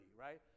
right